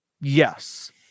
Yes